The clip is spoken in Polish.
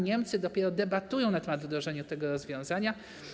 Niemcy dopiero debatują na temat wdrożenia tego rozwiązania.